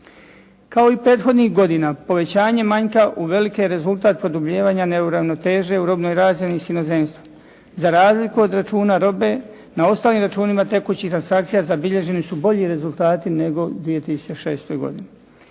Kao i prethodnih godina povećanje manjka uvelike rezultat produbljivanja neuravnotežen u robnoj razmijeni s inozemstvom. Za razliku od računa robe na ostalim računima tekućih transakcija zabilježeni su bolji rezultati nego 2006. godine.